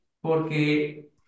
porque